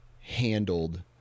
handled